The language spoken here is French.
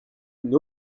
une